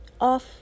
off